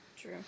True